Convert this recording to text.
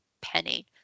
penny